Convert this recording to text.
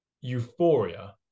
euphoria